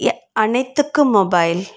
அனைத்துக்கும் மொபைல்